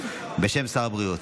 בשם שר הבריאות.